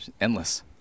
endless